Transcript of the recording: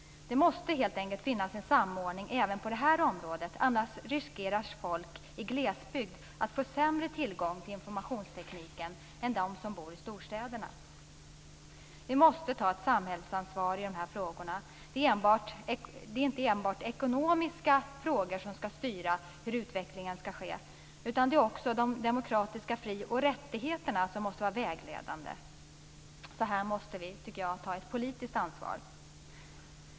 Det måste helt enkelt finnas en samordning även på det här området. Annars riskerar folk i glesbygd att få sämre tillgång till informationstekniken än de som bor i storstäder. Vi måste ta ett samhällsansvar i de här frågorna. Det är inte enbart ekonomiska frågor som skall styra hur utvecklingen skall bli. Det är också de demokratiska fri och rättigheterna som måste vara vägledande. Här måste vi, tycker jag, ta ett politiskt ansvar.